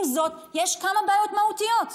עם זאת, יש כמה בעיות מהותיות.